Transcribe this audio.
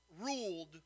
ruled